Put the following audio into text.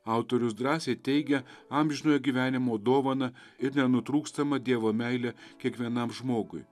autorius drąsiai teigia amžinojo gyvenimo dovaną ir nenutrūkstamą dievo meilę kiekvienam žmogui